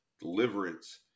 Deliverance